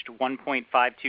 1.52